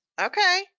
Okay